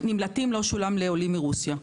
נמלטים לא שולם לעולים מרוסיה.